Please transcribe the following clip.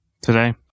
today